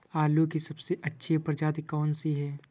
आलू की सबसे अच्छी प्रजाति कौन सी है?